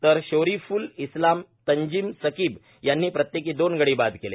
तर शोरिफ़ल इस्लाम तन्जिम सकीब यांनी प्रत्येकी दोन गडी बाद केले